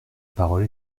parole